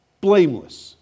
blameless